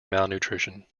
malnutrition